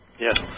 Yes